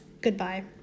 Goodbye